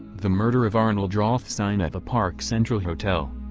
the murder of arnold rothstein at the park central hotel.